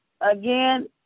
Again